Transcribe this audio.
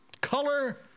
color